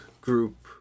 group